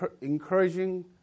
encouraging